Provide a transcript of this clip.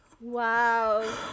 Wow